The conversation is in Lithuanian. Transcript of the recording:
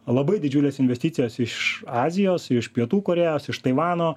labai didžiules investicijas iš azijos iš pietų korėjos iš taivano